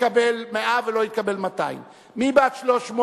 לא התקבל 100 ולא התקבל 200. מי בעד 300?